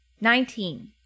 Nineteen